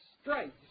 straight